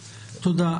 תודה.